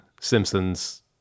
Simpsons